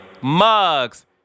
mugs